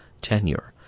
tenure